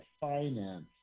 finance